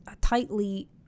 tightly